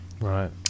Right